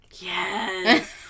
Yes